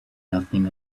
nothing